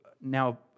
now